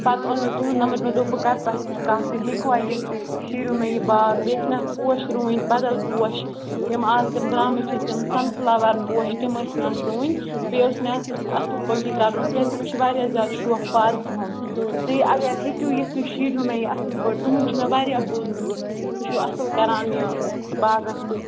پَتہٕ اوٚن مےٚ تُہُنٛد نَمبر مےٚ دوٚپ بہٕ کرٕ تۄہہِ سۭتۍ کَتھ تُہۍ ہیٚکوا یِتھ تُہۍ شیٖرِو مےٚ یہِ باغ بیٚیہِ چھِناہ اَتھ پوش رُوٕنۍ بدل پوش یِم از تِم درٛامٕتۍ چھِ تِم سَن فُلَور پوش تِم ٲسۍ مےٚ اَتھ رُوٕنۍ بیٚیہِ اوس مےٚ اَتھ اَصٕل پٲٹھی کَرُن کیٛازِ مےٚ چھُ واریاہ زیادٕ شوق پارکہِ ہُنٛد تُہۍ اَگر ہیٚکِو یِتھ تُہۍ شیٖرو مےٚ یہِ اَصٕل پٲٹھۍ تُہُنٛد چھُ مےٚ واریاہ بوٗزمُت تُہۍ چھِو اَصٕل کران یہِ باغَس سۭتۍ